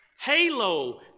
Halo